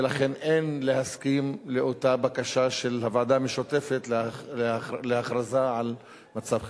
ולכן אין להסכים לאותה בקשה של הוועדה המשותפת להכרזה על מצב חירום.